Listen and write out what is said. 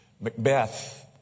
Macbeth